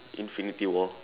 infinity war